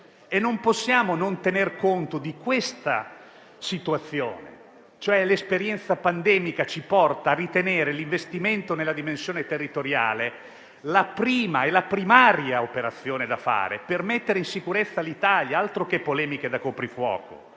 e non possiamo non tener conto di questa situazione. L'esperienza pandemica ci porta a ritenere l'investimento nella dimensione territoriale la primaria operazione da fare per mettere in sicurezza l'Italia. Altro che polemiche da coprifuoco!